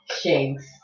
Shanks